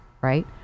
right